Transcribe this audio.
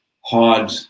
hard